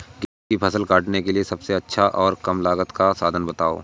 गेहूँ की फसल काटने के लिए सबसे अच्छा और कम लागत का साधन बताएं?